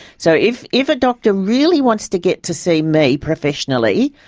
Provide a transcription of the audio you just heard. so if if a doctor really wants to get to see me professionally,